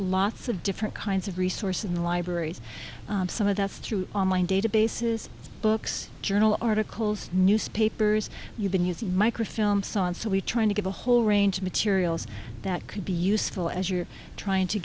lots of different kinds of resource in the libraries some of us through online databases books journal articles newspapers you've been using microfilm saw and so we're trying to get a whole range of materials that could be useful as you're trying to